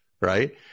right